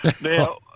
Now